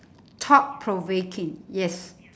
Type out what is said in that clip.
thought provoking yes